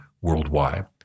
worldwide